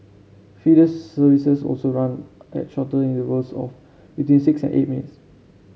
feeder services also run at shorter intervals of between six and eight minutes